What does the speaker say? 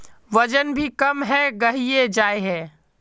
वजन भी कम है गहिये जाय है?